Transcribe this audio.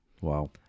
Wow